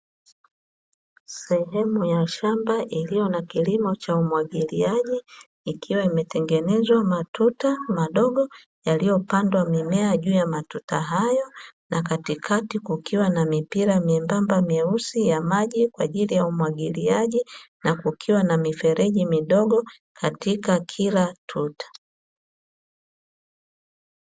Sehemu ya shamba iliyo na kilimo cha umwagiliaji, ikiwa imetengenezwa matuta madogo yaliyopandwa mimea juu ya matuta hayo, na katikati kukiwa na mipira myembamba myeusi ya maji kwa ajili ya umwagiliaji, na kukiwa na mifereji midogo katika kila tuta.